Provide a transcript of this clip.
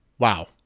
Wow